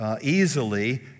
Easily